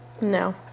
No